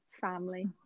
family